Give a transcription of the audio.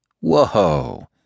Whoa